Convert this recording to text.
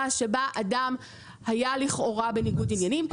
שבה אדם היה לכאורה בניגוד עניינים,